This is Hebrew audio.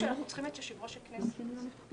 אנחנו צריכים את יושב-ראש הכנסת.